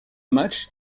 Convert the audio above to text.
match